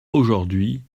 aujourd’hui